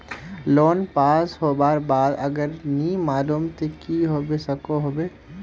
Loan पास होबार बाद अगर नी लुम ते की होबे सकोहो होबे?